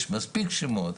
יש מספיק שמות.